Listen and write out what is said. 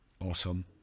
Awesome